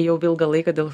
jau ilgą laiką dėl